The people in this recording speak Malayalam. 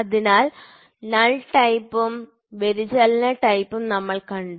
അതിനാൽ നൾ ടൈപ്പും വ്യതിചലന ടൈപ്പും നമ്മൾ കണ്ടു